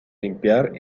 limpiar